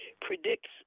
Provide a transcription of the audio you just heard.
predicts